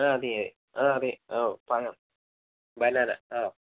ആ ആ അതെ ഓ പഴം ബനാന ആ